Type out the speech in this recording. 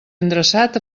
endreçat